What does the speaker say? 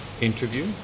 interview